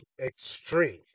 extreme